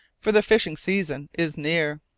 for the fishing season is near.